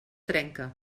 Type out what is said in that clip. trenca